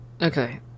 Okay